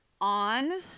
on